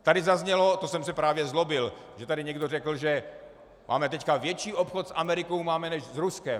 Tady zaznělo, to jsem se právě zlobil, že tady někdo řekl, že máme teď větší obchod s Amerikou než s Ruskem.